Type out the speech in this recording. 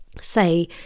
say